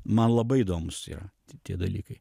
man labai įdomūs yra tie dalykai